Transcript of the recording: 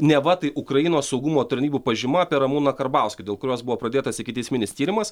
neva tai ukrainos saugumo tarnybų pažyma apie ramūną karbauskį dėl kurios buvo pradėtas ikiteisminis tyrimas